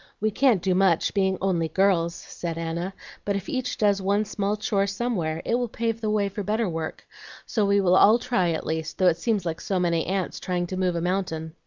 we can't do much, being only girls said anna but if each does one small chore somewhere it will pave the way for better work so we will all try, at least, though it seems like so many ants trying to move a mountain.